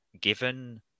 given